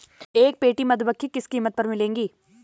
एक पेटी मधुमक्खी किस कीमत पर मिलेगी?